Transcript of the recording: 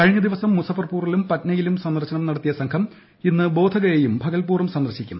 കഴിഞ്ഞ ദിവസം മുസാഫർപൂറിലും പറ്റ്നയിലും സന്ദർശനം നടത്തിയ സംഘം ഇന്ന് ബോധഗയയും ഭഗൽപൂറും സന്ദർശിക്കും